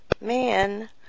man